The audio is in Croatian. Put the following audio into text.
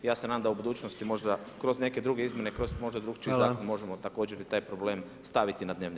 Ja se nadam da u budućnosti možda kroz neke druge izmjene, kroz možda drukčiji zakon možemo također i taj problem staviti na dnevni red.